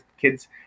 kids